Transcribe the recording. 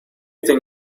think